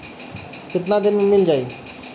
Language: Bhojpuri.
कितना दिन में मील जाई?